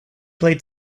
played